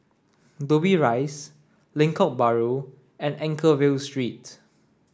Dobbie Rise Lengkok Bahru and Anchorvale Street